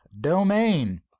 domain